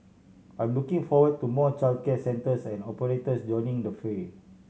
I'm looking forward to more childcare centres and operators joining the fray